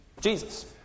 Jesus